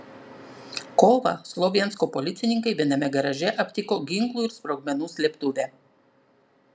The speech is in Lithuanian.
kovą slovjansko policininkai viename garaže aptiko ginklų ir sprogmenų slėptuvę